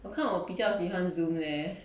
我看我比较喜欢 zoom leh